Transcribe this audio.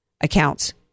accounts